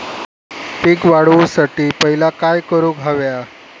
पीक वाढवुसाठी पहिला काय करूक हव्या?